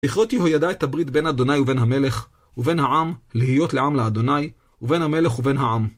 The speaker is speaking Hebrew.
לכרותיהו ידה את הברית בין אדוניי ובין המלך, ובין העם, להיות לעם לאדוניי, ובין המלך ובין העם.